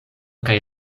kaj